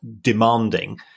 demanding